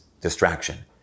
distraction